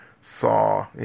saw